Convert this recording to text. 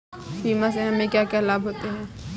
बीमा से हमे क्या क्या लाभ होते हैं?